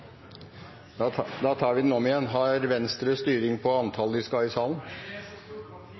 Da tar vi den om igjen. Har Venstre styring på antallet de skal ha i salen?